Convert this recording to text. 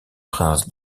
princes